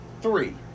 three